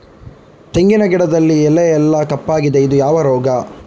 ತೆಂಗಿನ ಗಿಡದಲ್ಲಿ ಎಲೆ ಎಲ್ಲಾ ಕಪ್ಪಾಗಿದೆ ಇದು ಯಾವ ರೋಗ?